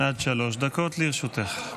עד שלוש דקות לרשותך.